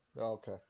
Okay